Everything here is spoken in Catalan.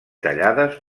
tallades